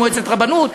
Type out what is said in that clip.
מועצת רבנות,